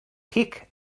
kick